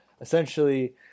essentially